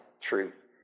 truth